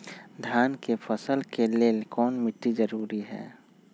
धान के फसल के लेल कौन मिट्टी जरूरी है?